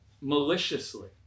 maliciously